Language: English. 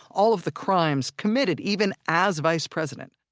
all of the crimes committed even as vice president